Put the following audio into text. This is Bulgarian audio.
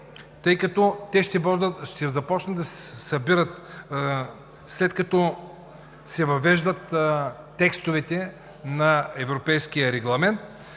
тъй като те ще започнат да се събират, след като се въведат текстовете на европейския регламент